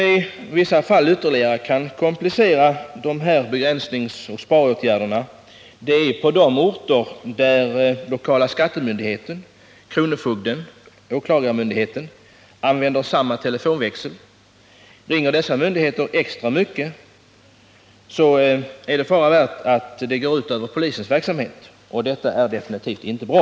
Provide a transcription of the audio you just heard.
I vissa fall kan de här begränsningsoch sparåtgärderna medföra ytterligare komplikationer på de orter där den lokala skattemyndigheten, kronofogden och åklagarmyndigheten använder samma telefonväxel. Ringer dessa myndigheter extra mycket, är det fara värt att det går ut över polisens verksamhet, och detta är definitivt inte bra.